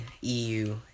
EU